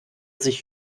sich